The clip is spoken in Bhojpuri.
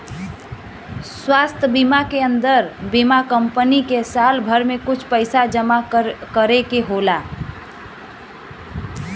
स्वास्थ बीमा के अन्दर बीमा कम्पनी के साल भर में कुछ पइसा जमा करे के होला